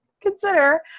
consider